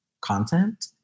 content